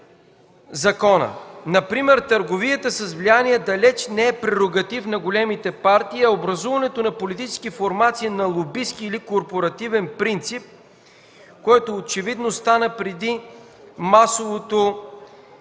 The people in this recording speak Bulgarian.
закона. Например, търговията с влияние далеч не е прерогатив на големите партии, а образуването на политически формации на лобистки или корпоративен принцип, което очевидно стана преди масовото